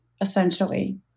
essentially